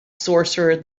sorcerer